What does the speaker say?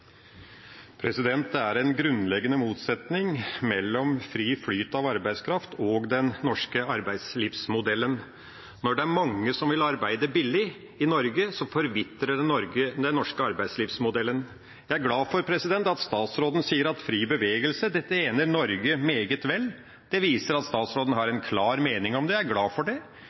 Det er en grunnleggende motsetning mellom fri flyt av arbeidskraft og den norske arbeidslivsmodellen. Når det er mange som vil arbeide billig i Norge, forvitrer den norske arbeidslivsmodellen. Jeg er glad for at statsråden sier at fri bevegelse tjener Norge «meget vel». Det viser at statsråden har en klar mening om det. Jeg er glad for det.